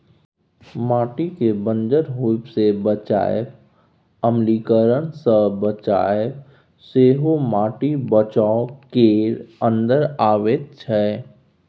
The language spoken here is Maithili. माटिकेँ बंजर होएब सँ बचाएब, अम्लीकरण सँ बचाएब सेहो माटिक बचाउ केर अंदर अबैत छै